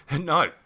No